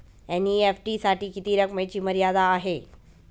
NEFT साठी किती रकमेची मर्यादा आहे?